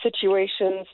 situations